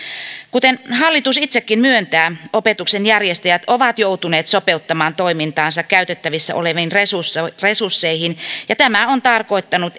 kuten hallitus itsekin myöntää opetuksen järjestäjät ovat joutuneet sopeuttamaan toimintaansa käytettävissä oleviin resursseihin resursseihin ja tämä on tarkoittanut